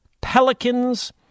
Pelicans